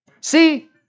See